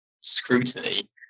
scrutiny